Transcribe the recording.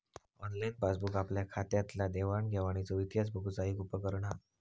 online passbook आपल्या खात्यातल्या देवाण घेवाणीचो इतिहास बघुचा एक उपकरण हा